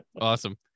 awesome